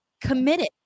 committed